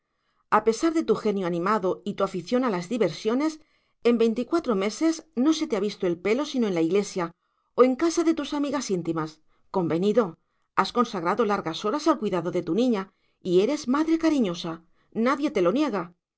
a pesar de tu genio animado y tu afición a las diversiones en veinticuatro meses no se te ha visto el pelo sino en la iglesia o en casa de tus amigas íntimas convenido has consagrado largas horas al cuidado de tu niña y eres madre cariñosa nadie lo niega